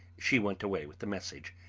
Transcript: she went away with the message,